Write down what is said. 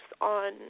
on